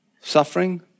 Suffering